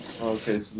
Okay